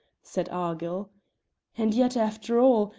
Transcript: said argyll and yet, after all,